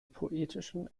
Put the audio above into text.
poetischen